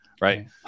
Right